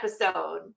episode